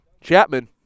Chapman